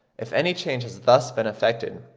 if any change has thus been effected,